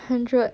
hundred